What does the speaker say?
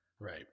Right